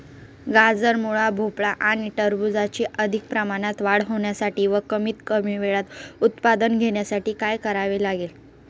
गाजर, मुळा, भोपळा आणि टरबूजाची अधिक प्रमाणात वाढ होण्यासाठी व कमीत कमी वेळेत उत्पादन घेण्यासाठी काय करावे लागेल?